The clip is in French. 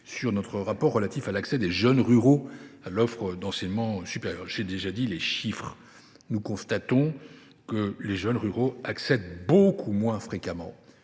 que nous avons consacrée à l’accès des jeunes ruraux à l’offre d’enseignement supérieur. J’ai déjà dit les chiffres : nous constatons que les jeunes ruraux accèdent beaucoup moins fréquemment